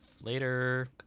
later